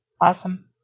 Awesome